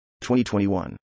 2021